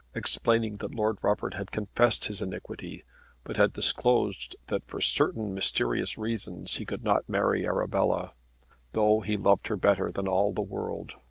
explaining that lord rufford had confessed his iniquity but had disclosed that, for certain mysterious reasons, he could not marry arabella though he loved her better than all the world.